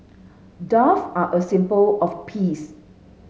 dove are a symbol of peace